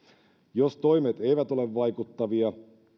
jos toimet eivät ole vaikuttavia